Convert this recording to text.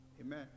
Amen